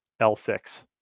L6